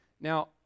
Now